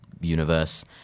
universe